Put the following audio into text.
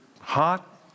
hot